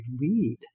lead